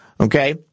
Okay